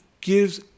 gives